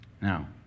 Now